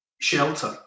shelter